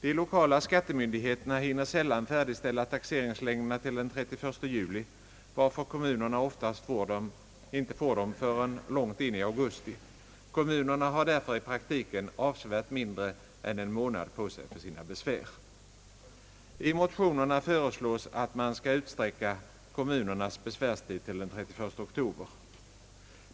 De lokala skattemyndigheterna hinner sällan färdigställa taxeringslängderna till den 31 juli, varför kommunerna oftast inte får dem förrän långt in i augusti. Kommunerna har alltså i praktiken avsevärt mindre än en månad på sig för sina besvär. I motionerna föreslås att man skall utsträcka kommunernas besvärstid till den 31 oktober.